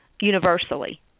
universally